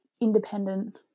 independent